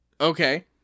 Okay